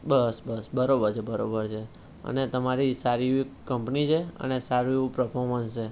બસ બસ બરોબર છે બરોબર છે અને તમારી સારી એવી કંપની છે અને સારું એવુ પરફોર્મન્સ છે